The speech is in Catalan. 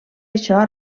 això